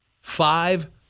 five